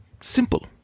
Simple